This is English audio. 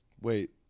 Wait